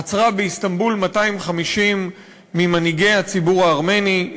עצרה באיסטנבול 250 ממנהיגי הציבור הארמני,